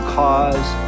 cause